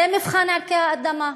זה מבחן ערכי האדם.